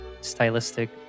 stylistic